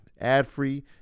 ad-free